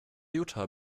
jutta